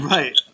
Right